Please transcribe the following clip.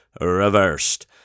reversed